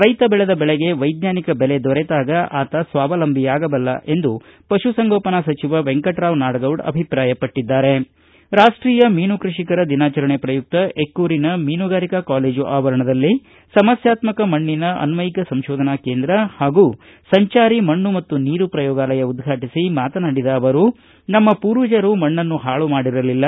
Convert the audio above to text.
ರೈತ ಬೆಳೆದ ಬೆಳೆಗೆ ವೈಜ್ಞಾನಿಕ ಬೆಲೆ ದೊರೆತಾಗ ಆತ ಸ್ವಾವಲಂಬಿಯಾಗಬಲ್ಲ ಎಂದು ಪಶುಸಂಗೋಪನೆ ಮತ್ತು ಮೀನುಗಾರಿಕಾ ಸಚಿವ ವೆಂಕಟರಾವ್ ನಾಡಗೌಡ ಅಭಿಪ್ರಾಯಪಟ್ಟಿದ್ದಾರೆ ರಾಷ್ಟೀಯ ಮೀನು ಕೃಷಿಕರ ದಿನಾಚರಣೆ ಪ್ರಯುಕ್ತ ಎಕ್ಕೂರಿನ ಮೀನುಗಾರಿಕಾ ಕಾಲೇಜು ಆವರಣದಲ್ಲಿ ಸಮಸ್ಥಾತ್ಕಕ ಮಣ್ಣಿನ ಅನ್ವಯಿಕ ಸಂಶೋಧನಾ ಕೇಂದ್ರ ಹಾಗೂ ಸಂಚಾರಿ ಮಣ್ಣು ಮತ್ತು ನೀರು ಪ್ರಯೋಗಾಲಯ ಉದ್ಘಾಟಿಸಿ ಮಾತನಾಡಿದ ಅವರು ನಮ್ಮ ಪೂರ್ವಜರು ಮಣ್ಣನ್ನು ಪಾಳು ಮಾಡಿರಲಿಲ್ಲ